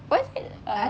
why is it uh